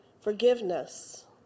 forgiveness